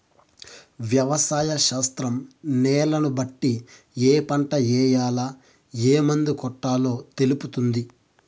వ్యవసాయ శాస్త్రం న్యాలను బట్టి ఏ పంట ఏయాల, ఏం మందు కొట్టాలో తెలుపుతుంది